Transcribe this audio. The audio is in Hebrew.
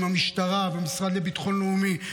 עם המשטרה והמשרד לביטחון לאומי,